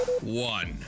one